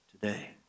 today